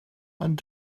ond